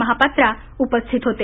महापात्रा उपस्थित होते